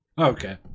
Okay